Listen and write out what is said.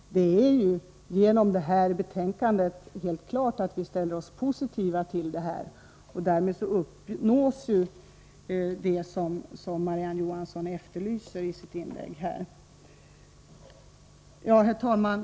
Det är genom detta betänkande helt klart att vi ställer oss positiva till forskning kring amning. Därmed uppnås det som Marie-Ann Johansson efterlyste i sitt inlägg. Herr talman!